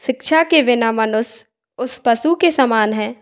सिक्षा के बिना मनुष्य उस पशु के समान है